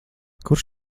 kurš